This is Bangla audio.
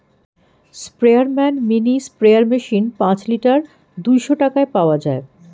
স্পেয়ারম্যান মিনি স্প্রেয়ার মেশিন পাঁচ লিটার দুইশো টাকায় পাওয়া যায়